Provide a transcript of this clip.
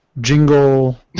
Jingle